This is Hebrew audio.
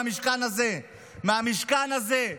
מהמשכן הזה,